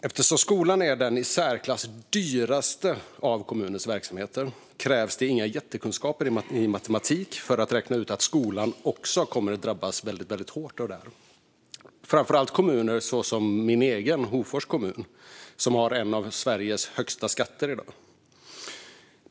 Eftersom skolan är den i särklass dyraste av kommunens verksamheter krävs det inga jättekunskaper i matematik för att räkna ut att skolan kommer att drabbas väldigt hårt av detta. Det gäller framför allt kommuner som min egen, Hofors kommun, som har bland Sveriges högsta skatter i dag.